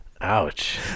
Ouch